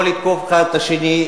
לא לתקוף האחד את השני,